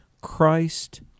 Christ